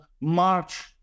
march